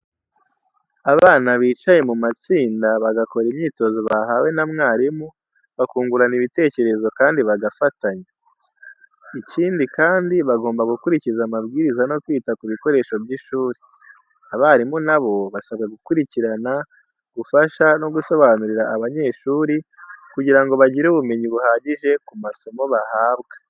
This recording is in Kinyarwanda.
Abana bicaye mu matsinda, bagakora imyitozo bahawe na mwarimu, bakungurana ibitekerezo kandi bagafatanya. Ikindi kandi bagomba gukurikiza amabwiriza no kwita ku bikoresho by'ishuri. Abarimu na bo basabwa gukurikirana, gufasha no gusobanurira abanyeshuri kugira ngo bagire ubumenyi buhagije ku masomo bahabwa.